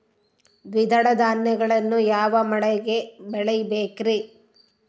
ದ್ವಿದಳ ಧಾನ್ಯಗಳನ್ನು ಯಾವ ಮಳೆಗೆ ಬೆಳಿಬೇಕ್ರಿ?